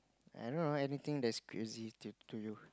I don't know anything is crazy to to you